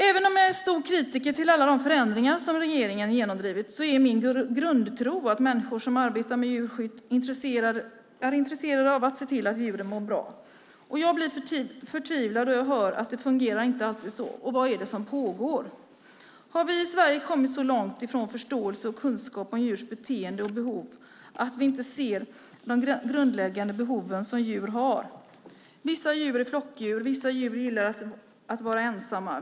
Även om jag är en stor kritiker av alla de förändringar som regeringen genomdrivit är det min grundtro att människor som arbetar med djurskydd är intresserade av att se till att djuren mår bra. Jag blir förtvivlad när jag hör att det inte alltid fungerar så. Vad är det som pågår? Har vi i Sverige kommit så långt från förståelse för och kunskap om djurs beteende och behov att vi inte ser de grundläggande behoven som djur har? Vissa djur är flockdjur. Vissa djur gillar att vara ensamma.